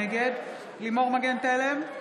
נגד לימור מגן תלם,